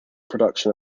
production